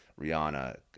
Rihanna